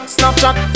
Snapchat